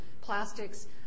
plastics